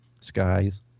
skies